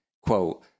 quote